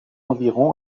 environ